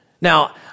Now